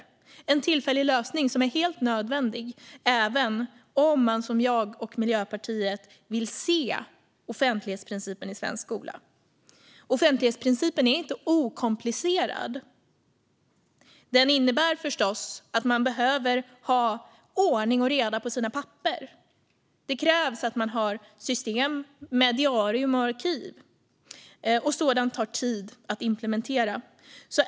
Det är en tillfällig lösning som är helt nödvändig även om man, som jag och Miljöpartiet, vill se offentlighetsprincipen i svensk skola. Offentlighetsprincipen är inte okomplicerad. Den innebär förstås att man behöver ha ordning och reda på sina papper. Det krävs att man har system med diarium och arkiv, och sådant tar tid att implementera.